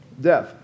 death